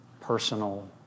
personal